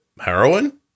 heroin